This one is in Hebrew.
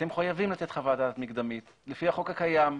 אתם חייבים לתת חוות דעת מקדמית לפי החוק הקיים.